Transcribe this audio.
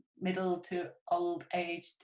middle-to-old-aged